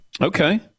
Okay